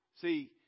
See